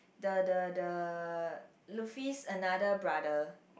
the the the Loofy's another brother